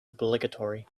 obligatory